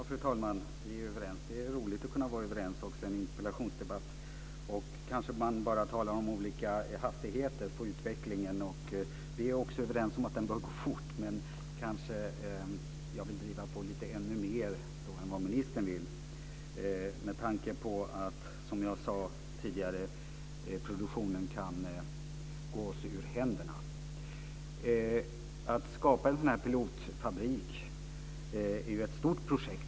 Fru talman! Vi är överens. Det är roligt att kunna vara överens också i en interpellationsdebatt. Vi talar kanske bara om olika hastigheter på utvecklingen. Vi är också överens om att den bör gå fort, men jag vill kanske driva på ännu mer än vad ministern vill med tanke på att, som jag sade tidigare, produktionen kan gå oss ur händerna. Att skapa en sådan här pilotfabrik är ju ett stort projekt.